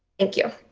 thank you.